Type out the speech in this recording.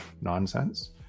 nonsense